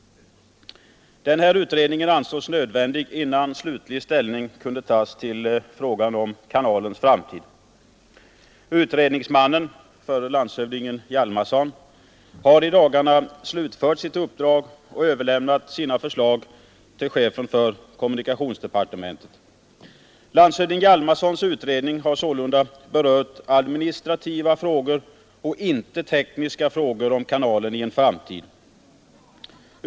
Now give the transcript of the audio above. Den här utredningen ansågs nödvändig innan slutlig ställning kunde tas till frågan om kanalens framtid. Utredningsmannen, förre landshövdingen Hjalmarson, har i dagarna slutfört sitt uppdrag och överlämnat sina förslag till kommunikationsministern. Herr Hjalmarsons utredning har sålunda berört administrativa frågor och inte tekniska frågor om kanalen i en framtid.